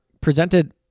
presented